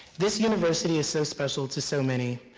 this university is so special to so many,